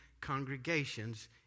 congregations